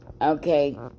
Okay